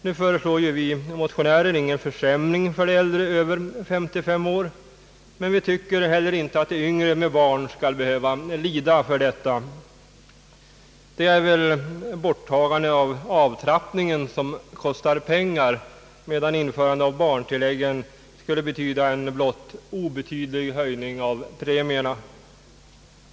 Nu föreslår vi motionärer ingen försämring för försäkringstagare över 55 år, men vi tycker heller inte att yngre med barn skall behöva lida för detta. Det är väl borttagandet av avtrappningen som kostar pengar, medan införande av barntillägg skulle betyda endast en obetydlig höjning av premierna.